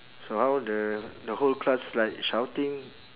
so how the the whole class like shouting